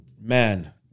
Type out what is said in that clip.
man